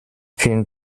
vielen